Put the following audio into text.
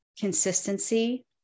consistency